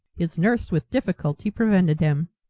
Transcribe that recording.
his nurse with difficulty prevented him.